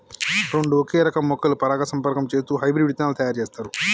రెండు ఒకే రకం మొక్కలు పరాగసంపర్కం చేస్తూ హైబ్రిడ్ విత్తనాలు తయారు చేస్తారు